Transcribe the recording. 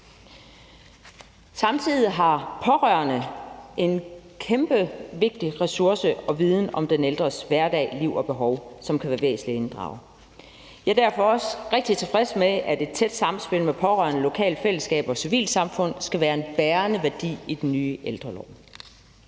Samtidig er pårørende en kæmpe, vigtig ressource, der har vigtig viden om den ældres hverdag, liv og behov, som kan være væsentlig at inddrage. Jeg er derfor også rigtig tilfreds med, at et tæt samspil med pårørende, lokale fællesskaber og civilsamfund skal være en bærende værdi i den nye ældrelov.